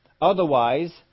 Otherwise